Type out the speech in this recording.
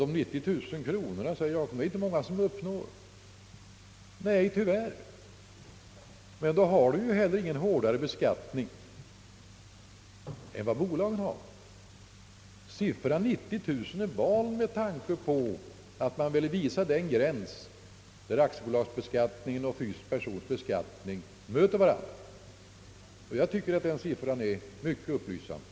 De 90000 kronorna i inkomst, säger han, är det inte många som uppnår. Nej tyvärr, men då har dessa personer ju inte heller en hårdare beskattning än vad bolagen har. Beloppet 90 000 kronor är valt med tanke på att man vill finna den gräns där aktiebolagsbeskattningen och beskattningen av fysisk person möter varandra. Jag tycker att den siffran är mycket upplysande.